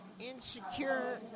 Insecure